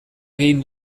egin